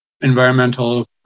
environmental